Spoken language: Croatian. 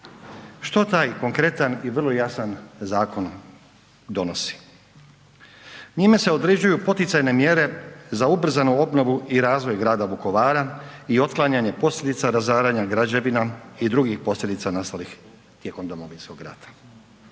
Što taj konkretan i vrlo jasan zakon donosi? Njime se određuju poticajne mjere za ubrzanu obnovu i razvoj grada Vukovara i otklanjanje posljedica razaranja građevina i drugih posljedica nastalih tijekom Domovinskog rata.